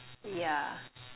yeah